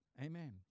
Amen